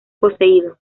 poseído